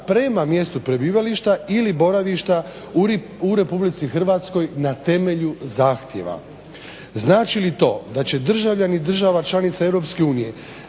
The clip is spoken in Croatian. prema mjestu prebivališta ili boravišta u Republici Hrvatskoj na temelju zahtjeva. Znači li to da će državljani država članica